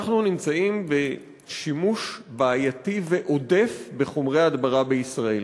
אנחנו נמצאים בשימוש בעייתי ועודף בחומרי הדברה בישראל.